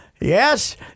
yes